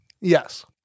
Yes